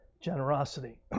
generosity